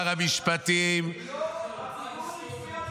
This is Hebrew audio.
כשראש ממשלה עומד בתיק פלילי ויש לו הסכם ניגוד עניינים,